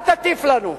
אל תטיף לנו.